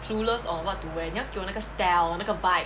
clueless on what to wear 你要给我那个 style 那个 vibe